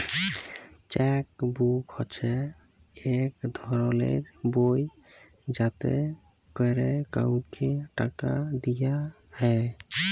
cheque book হছে ইক ধরলের বই যাতে ক্যরে কাউকে টাকা দিয়া হ্যয়